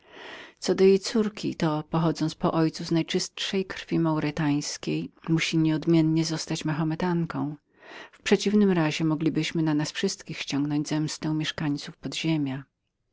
co do jej córki ta pochodząc po ojcu z najczystszej krwi maurytańskiej musi nieodmiennie zostać mahometanką w przeciwnym razie moglibyśmy na nas wszystkich ściągnąć zemstę mieszkańców podziemia